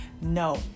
no